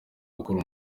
gukora